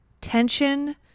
tension